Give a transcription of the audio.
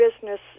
business